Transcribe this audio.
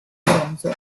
bronzo